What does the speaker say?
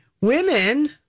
Women